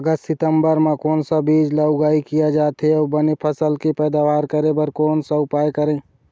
अगस्त सितंबर म कोन सा बीज ला उगाई किया जाथे, अऊ बने फसल के पैदावर करें बर कोन सा उपाय करें?